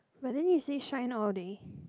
but then it say shine all day